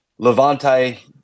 Levante